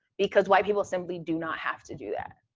because white people simply do not have to do that.